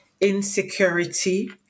insecurity